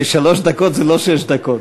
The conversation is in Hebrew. כי שלוש דקות זה לא שש דקות.